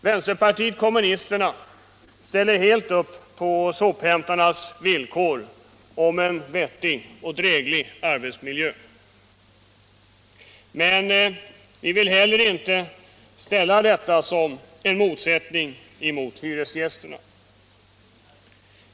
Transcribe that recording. Vänsterpartiet kommunisterna ställer helt upp på sophämtarnas sida i deras krav på en vettig och dräglig arbetsmiljö. Men vi vill inte ställa detta krav som en motsättning mot hyresgästerna.